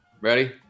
Ready